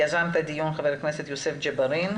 יזם את הדיון חבר הכנסת יוסף ג'בארין.